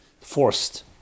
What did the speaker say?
forced